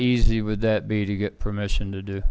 easy would that be to get permission to do